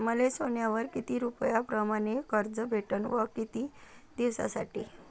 मले सोन्यावर किती रुपया परमाने कर्ज भेटन व किती दिसासाठी?